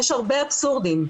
יש הרבה אבסורדים.